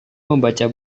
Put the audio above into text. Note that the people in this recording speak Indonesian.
membaca